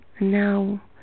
now